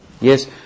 Yes